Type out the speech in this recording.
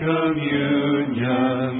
Communion